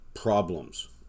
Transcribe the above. problems